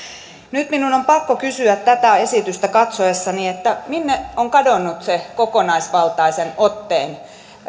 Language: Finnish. nyt minun on pakko kysyä tätä esitystä katsoessani minne on kadonnut se kokonaisvaltaisen otteen